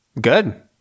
Good